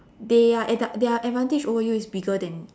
they at the their advantage over you is bigger than